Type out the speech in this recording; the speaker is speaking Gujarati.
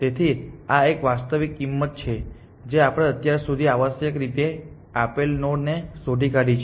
તેથી આ એક વાસ્તવિક કિંમત છે જે આપણે અત્યાર સુધી આવશ્યક રીતે આપેલ નોડ ને શોધી કાઢી છે